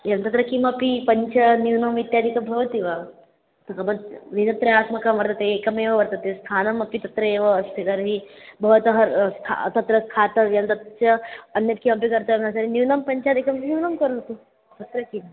एवं तत्र किमपि पञ्च न्यूनमित्यादिकं भवति वा तत्र मध्य दिनत्रयात्मकं वर्तते एकमेव वर्तते स्थानमपि तत्र एव अस्ति तर्हि भवतः स्थ तत्र स्थातव्यं तस्य अन्यत् किमपि कर्तव्यं तर्हि न्यूनं पञ्चाधिकं न्यूनं करोतु तत्र किम्